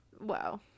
Wow